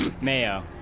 Mayo